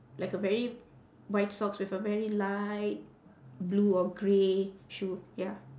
like a very white socks with a very light blue or grey shoe ya